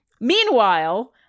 Meanwhile